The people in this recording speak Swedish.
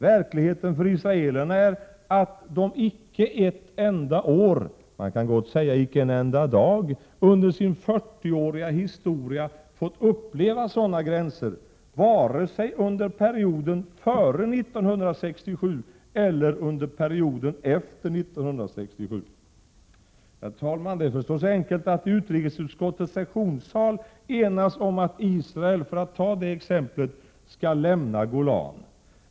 Verkligheten för israelerna är att de icke ett enda år — man kan gott säga icke en enda dag — under sin 40-åriga historia fått uppleva sådana gränser vare sig under perioden före 1967 eller under perioden efter 1967. Det är förstås enkelt att i utrikesutskottets sessionssal enas om att Israel, för att ta det exemplet, skall lämna Golan.